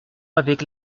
avec